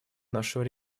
нашего